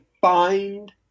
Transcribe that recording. find